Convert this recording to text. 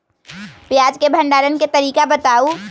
प्याज के भंडारण के तरीका बताऊ?